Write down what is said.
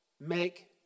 make